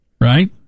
right